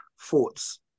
Thoughts